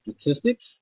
statistics